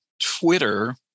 Twitter